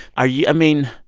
are you i mean,